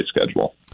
schedule